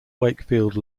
wakefield